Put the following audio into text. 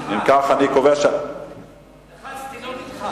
אין, לא הצלחתי, לחצתי, לא נלחץ.